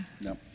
No